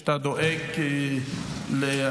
שאתה דואג לחלשים,